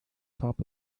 top